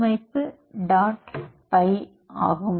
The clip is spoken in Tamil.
py ஆகும்